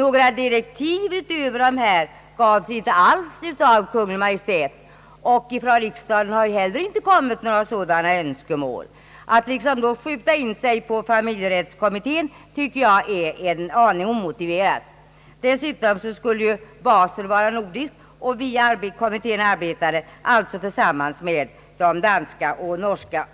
Några direktiv därutöver gavs inte alls av Kungl. Maj:t, och från riksdagen har heller inte kommit några sådana önskemål. Att då »skjuta in sig» på familjerättskommittén tycker jag är en aning omotiverat. Dessutom skulle basen vara nordisk, och vi i kommittén arbetade alltså tillsammans med de danska, norska